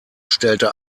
stellte